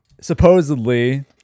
supposedly